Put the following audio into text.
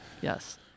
Yes